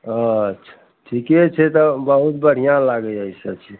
अच्छा ठिके छै तऽ बहुत बढ़िआँ लागैए ई सबचीज